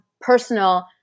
personal